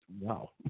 wow